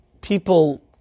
people